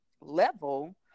level